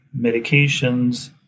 medications